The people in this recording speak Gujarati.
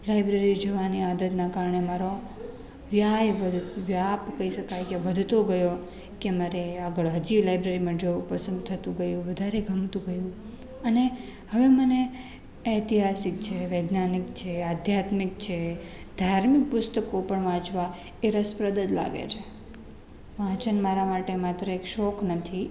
લાઇબ્રેરી જવાની આદતના કારણે મારા વ્યા વ્યાપ કઈ શકાય કે વધતો ગયો કે મારે આગળ હજી લાઇબ્રેરીમાં જવું પસંદ થતું ગયું વધારે ગમતું ગયું અને હવે મને ઐતિહાસિક છે વૈજ્ઞાનિક છે આધ્યાત્મિક છે ધાર્મિક પુસ્તકો પણ વાંચવા એ રસપ્રદ જ લાગે છે વાંચન મારા માટે માત્ર એક શોખ નથી